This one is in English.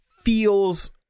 feels